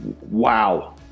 Wow